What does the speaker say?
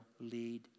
lead